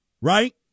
right